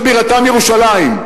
שבירתם ירושלים.